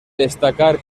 destacar